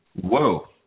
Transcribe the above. Whoa